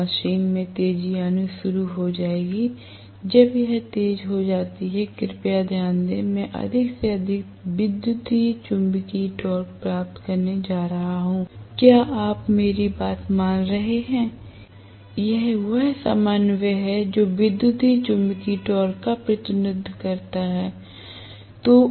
तो मशीन में तेजी आनी शुरू हो जाएगी जब यह तेज हो जाती है कृपया ध्यान दें मैं अधिक से अधिक विद्युत चुम्बकीय टॉर्क प्राप्त करने जा रहा हूं क्या आप मेरी बात मान रहे हैं यह वह समन्वय है जो विद्युत चुम्बकीय टॉर्क का प्रतिनिधित्व करता है